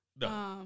No